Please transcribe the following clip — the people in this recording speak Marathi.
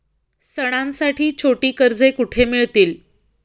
सणांसाठी छोटी कर्जे कुठे मिळतील?